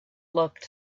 looked